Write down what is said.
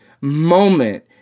moment